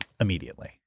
immediately